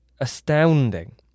Astounding